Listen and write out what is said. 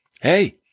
hey